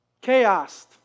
Chaos